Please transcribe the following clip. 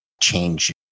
change